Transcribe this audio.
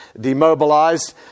demobilized